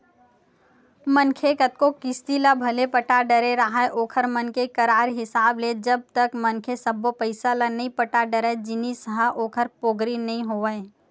मनखे कतको किस्ती ल भले पटा डरे राहय ओखर मन के करार हिसाब ले जब तक मनखे सब्बो पइसा ल नइ पटा डरय जिनिस ह ओखर पोगरी नइ होवय